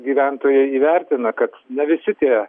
gyventojai įvertina kad ne visi tie